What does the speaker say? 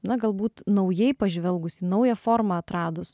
na galbūt naujai pažvelgus į naują formą atradus